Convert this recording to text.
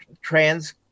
trans